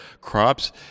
crops